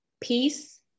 peace